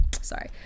Sorry